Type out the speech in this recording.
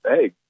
hey